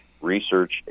research